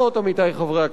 קודם כול,